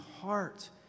heart